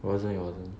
it wasn't it wasn't